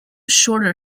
shorter